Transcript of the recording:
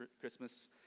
Christmas